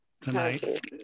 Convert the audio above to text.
tonight